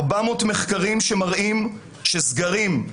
מחקרים שמראים שסגרים,